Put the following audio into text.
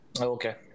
okay